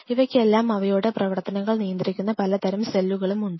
ഇവയ്ക്കെല്ലാം അവയുടെ പ്രവർത്തനങ്ങൾ നിയന്ത്രിക്കുന്ന പലതരം സെല്ലുകളും ഉണ്ട്